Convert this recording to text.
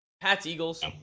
Pats-Eagles